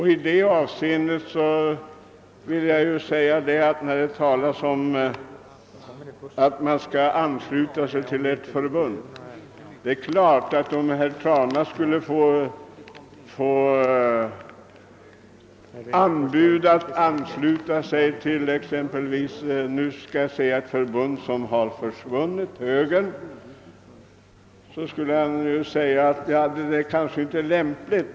Här har talats om möjligheten att ansluta sig till en annan organisation. Om herr Trana fick anbud att ansluta sig till högern — jag nämner som exempel en organisation som har försvunnit — skulle han nog tycka att det inte vore lämpligt.